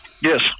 Yes